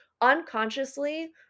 Unconsciously